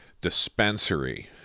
dispensary